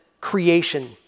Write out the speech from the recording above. creation